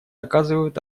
оказывают